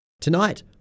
Tonight